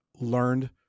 learned